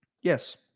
Yes